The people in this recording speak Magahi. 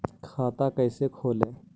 खाता कैसे खोले?